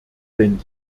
denn